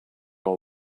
all